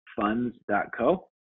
Funds.co